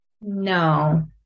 No